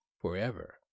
forever